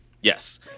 Yes